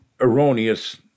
erroneous